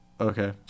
okay